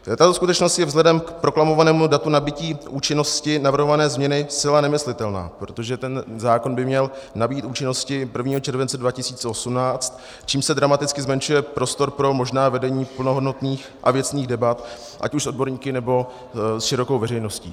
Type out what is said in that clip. Tato skutečnost je vzhledem k proklamovanému datu nabytí účinnosti navrhované změny zcela nemyslitelná, protože zákon by měl nabýt účinnosti 1. července 2018, čímž se dramaticky zmenšuje prostor pro možná vedení plnohodnotných a věcných debat ať už s odborníky, nebo se širokou veřejností.